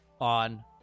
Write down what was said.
on